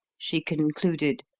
she concluded,